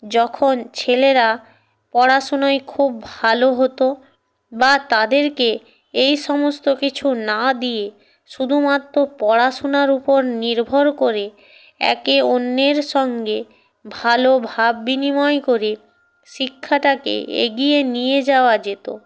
যখন ছেলেরা পড়াশুনোয় খুব ভালো হত বা তাদেরকে এই সমস্ত কিছু না দিয়ে শুধুমাত্র পড়াশোনার উপর নির্ভর করে একে অন্যের সঙ্গে ভালো ভাব বিনিময় করে শিক্ষাটাকে এগিয়ে নিয়ে যাওয়া যেত